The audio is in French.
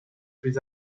plus